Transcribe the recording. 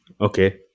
Okay